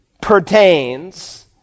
pertains